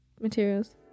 materials